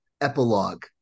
epilogue